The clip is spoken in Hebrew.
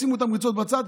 שימו את המריצות בצד.